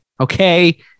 okay